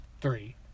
three